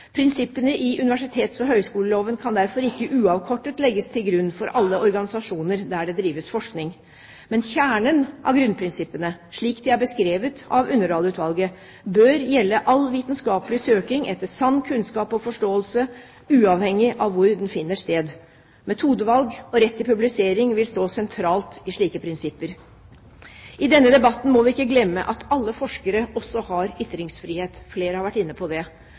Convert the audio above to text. Prinsippene i universitets- og høyskoleloven kan derfor ikke uavkortet legges til grunn for alle organisasjoner der det drives forskning. Men kjernen av grunnprinsippene, slik de er beskrevet av Underdal-utvalget, bør gjelde all vitenskapelig søking etter sann kunnskap og forståelse, uavhengig av hvor den finner sted. Metodevalg og rett til publisering vil stå sentralt i slike prinsipper. I denne debatten må vi ikke glemme at alle forskere også har ytringsfrihet – flere har vært inne på det.